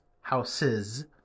houses